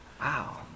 Wow